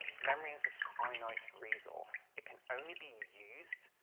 memory is a finite resource. it can only be used,